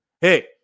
hey